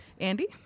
Andy